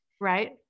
Right